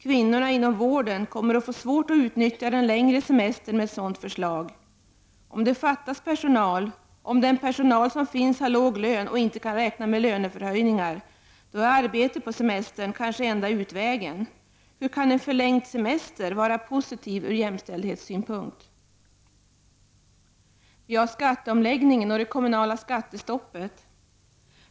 Kvinnorna inom vården kommer att få svårt att utnyttja den längre semestern med ett sådant förslag. Om det fattas personal och den personal som finns har låg lön och inte kan räkna med löneförhöjningar, då är arbete på semestern kanske enda utvägen. Hur kan en förlängd semester vara positiv ur jämställdhetssynpunkt? Så till skatteomläggningen och det kommunala skattestoppet.